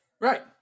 right